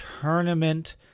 tournament